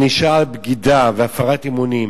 ענישה על בגידה והפרת אמונים,